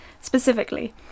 specifically